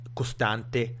costante